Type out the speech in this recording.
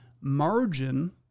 margin